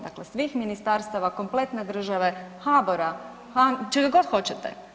Dakle, svih ministarstava, kompletne države, HABOR-a, čega god hoćete.